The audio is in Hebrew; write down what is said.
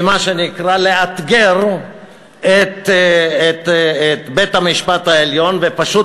ומה שנקרא יאתגר את בית-המשפט העליון ופשוט